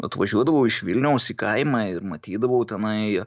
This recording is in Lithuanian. atvažiuodavau iš vilniaus į kaimą ir matydavau tenai